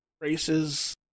races